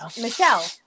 Michelle